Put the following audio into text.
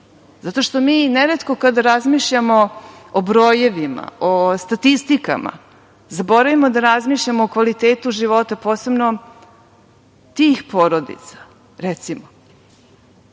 zato što mi neretko kada razmišljamo o brojevima, o statistikama, zaboravimo da razmišljamo o kvalitetu života, posebno tih porodica, recimo. Šta